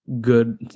good